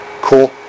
Cool